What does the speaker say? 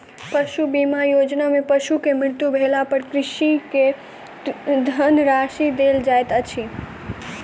पशु बीमा योजना में पशु के मृत्यु भेला पर कृषक के धनराशि देल जाइत अछि